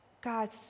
God